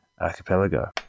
archipelago